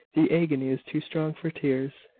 the agony is too strong for tears.